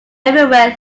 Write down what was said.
everywhere